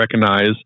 recognize